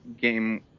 game